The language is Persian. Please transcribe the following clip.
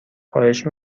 خواهش